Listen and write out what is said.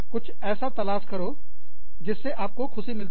कुछ ऐसा तलाश करो जिससे आपको खुशी मिलती हो